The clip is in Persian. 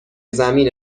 زمین